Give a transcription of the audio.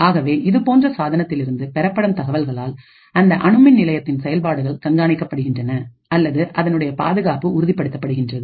ஆகவே இதுபோன்ற சாதனத்தில் இருந்து பெறப்படும் தகவல்களால் அந்த அணுமின் நிலையத்தின் செயல்பாடுகள் கண்காணிக்கப்படுகின்றன அல்லது அதனுடைய பாதுகாப்பு உறுதிப்படுத்தப்படுகின்றது